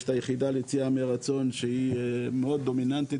יש את היחידה ליציאה מרצון שהיא מאוד דומיננטית